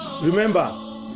remember